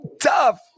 Tough